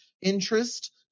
interest